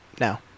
now